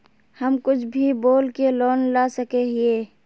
हम कुछ भी बोल के लोन ला सके हिये?